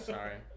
Sorry